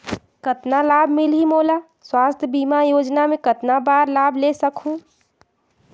कतना लाभ मिलही मोला? स्वास्थ बीमा योजना मे कतना बार लाभ ले सकहूँ?